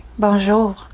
Bonjour